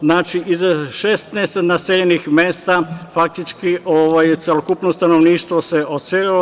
Znači, iz 16 naseljenih mesta, faktički celokupno stanovništvo se odselilo.